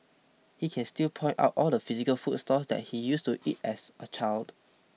he can still point out all the physical food stalls that he used to eat at as a child